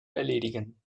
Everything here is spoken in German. erledigen